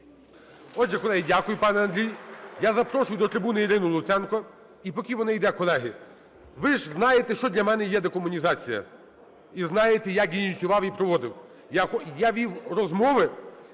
Отже, колеги… Дякую, пане Андрій. Я запрошую до трибуни Ірину Луценко. І поки вона йде, колеги, ви ж знаєте, що для мене є декомунізація, і знаєте, як я її ініціював і проводив. Я вів розмови